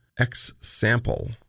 X-Sample